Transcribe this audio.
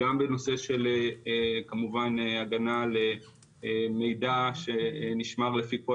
גם בנושא של כמובן הגנה על מידע שנשמר לפי כל